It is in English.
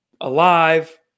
alive